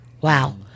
Wow